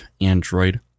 Android